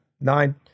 nine